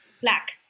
black